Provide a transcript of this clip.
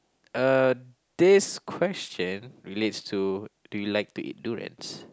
uh this question relates to do you like to eat durians